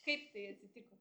kaip tai atsitiko